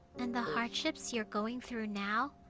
and the hardships you're going through now.